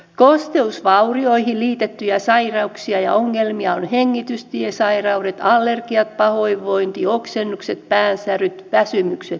kosteusvaurioihin liitettyjä sairauksia ja ongelmia ovat hengitystiesairaudet allergiat pahoinvointi oksennukset päänsäryt väsymykset ynnä muut